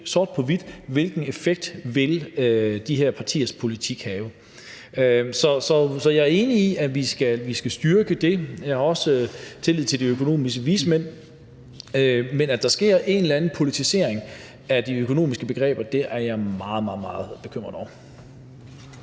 sort på hvidt, hvilken effekt de her partiers politik vil have. Så jeg er enig i, at vi skal styrke det, og jeg har også tillid til de økonomiske vismænd, men at der sker en eller anden politisering af de økonomiske begreber, er jeg meget, meget bekymret over.